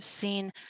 seen